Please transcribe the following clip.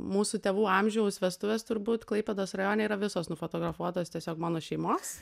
mūsų tėvų amžiaus vestuvės turbūt klaipėdos rajone yra visos nufotografuotos tiesiog mano šeimos